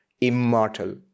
immortal